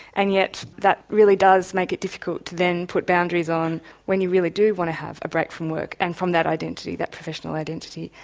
and yet that really does make it difficult to then put boundaries on when you really do want to have a break from work, and from that identity, that professional identity.